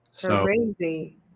Crazy